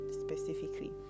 specifically